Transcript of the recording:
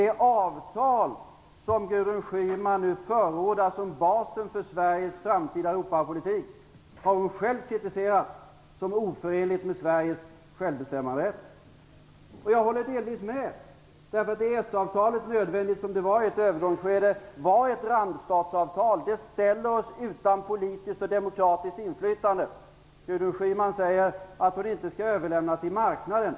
Det avtal som Gudrun Schyman nu förordar som basen för Sveriges framtida Europapolitik har hon själv kritiserat som oförenligt med Sveriges självbestämmanderätt. Jag håller delvis med, därför att EES-avtalet - som var nödvändigt i ett övergångsskede - var ett randstatsavtal. Det ställer oss utan politiskt och demokratiskt inflytande. Gudrun Schyman säger att hon inte vill överlämna allt till marknaden.